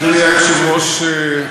אדוני היושב-ראש,